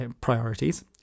priorities